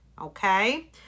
okay